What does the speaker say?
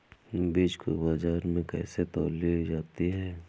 बीज को बाजार में कैसे तौली जाती है?